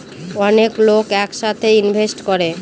অনেক লোক এক সাথে ইনভেস্ট করে